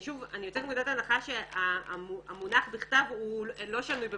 אני יוצאת מנקודת הנחה שהמונח 'בכתב' הוא לא שנוי במחלוקת,